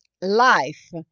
life